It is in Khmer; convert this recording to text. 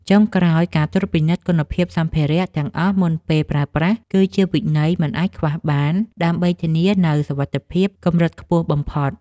ចុងក្រោយ ការត្រួតពិនិត្យគុណភាពសម្ភារៈទាំងអស់មុនពេលប្រើប្រាស់ គឺជាវិន័យមិនអាចខ្វះបាន ដើម្បីធានាបាននូវសុវត្ថិភាពកម្រិតខ្ពស់បំផុត។